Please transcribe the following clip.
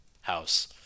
house